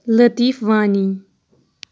Latif Wani